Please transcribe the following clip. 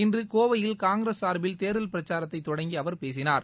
இன்று கோவையில் காங்கிரஸ் சார்பில் தேர்தல் பிரச்சாரத்தை தொடங்கி அவர் பேசினார்